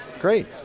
Great